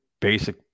basic